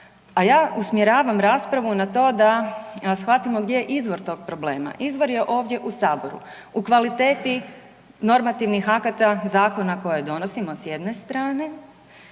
a ja usmjeravam raspravu na to da shvatimo gdje je izvor tog problema. Izvor je ovdje u Saboru, u kvaliteti normativnih akata, zakona koje donosimo s jedne strane,